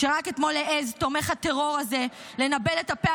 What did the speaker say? רק אתמול העז תומך הטרור הזה לנבל את הפה